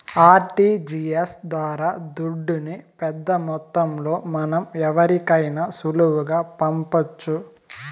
RTGS ద్వారా దుడ్డుని పెద్దమొత్తంలో మనం ఎవరికైనా సులువుగా పంపొచ్చు